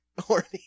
Horny